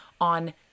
on